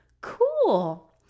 cool